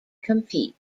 compete